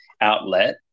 outlet